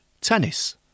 tennis